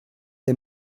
der